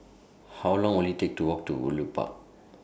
How Long Will IT Take to Walk to Woodleigh Park